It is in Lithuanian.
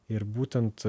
ir būtent